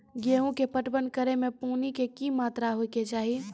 गेहूँ के पटवन करै मे पानी के कि मात्रा होय केचाही?